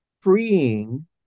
freeing